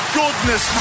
goodness